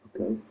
Okay